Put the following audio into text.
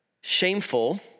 shameful